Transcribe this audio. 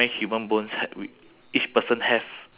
class experience